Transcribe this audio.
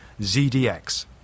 ZDX